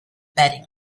bedding